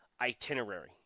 itinerary